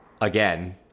again –